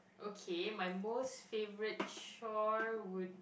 okay my most favorite chore would